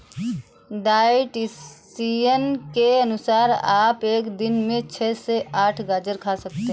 dietitian के अनुसार आप एक दिन में छह से आठ गाजर खा सकते हैं